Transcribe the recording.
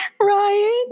Ryan